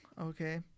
Okay